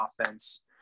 offense